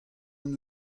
hon